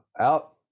out